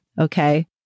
Okay